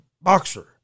boxer